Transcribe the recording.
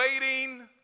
waiting